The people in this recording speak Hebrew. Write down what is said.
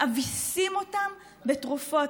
מאביסים אותם בתרופות.